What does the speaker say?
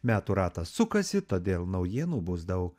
metų ratas sukasi todėl naujienų bus daug